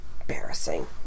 embarrassing